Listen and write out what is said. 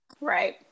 Right